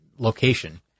location